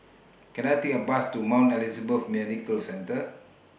Can I Take A Bus to Mount Elizabeth Medical Centre